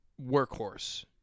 workhorse